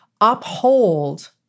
uphold